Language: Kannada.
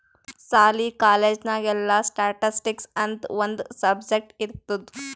ಸಾಲಿ, ಕಾಲೇಜ್ ನಾಗ್ ಎಲ್ಲಾ ಸ್ಟ್ಯಾಟಿಸ್ಟಿಕ್ಸ್ ಅಂತ್ ಒಂದ್ ಸಬ್ಜೆಕ್ಟ್ ಇರ್ತುದ್